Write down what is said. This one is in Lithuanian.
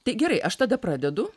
tai gerai aš tada pradedu